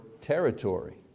territory